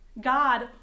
God